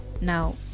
Now